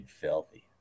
filthy